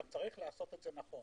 אבל יש לעשות את זה נכון.